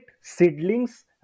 seedlings